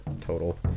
total